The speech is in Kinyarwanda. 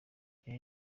ryari